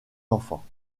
enfants